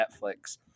Netflix